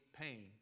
pain